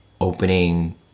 opening